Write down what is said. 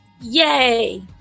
Yay